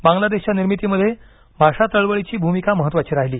बांग्लादेशच्या निर्मितीमध्ये भाषा चळवळीची भूमिका महत्वाची राहिली